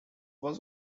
was